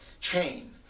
chain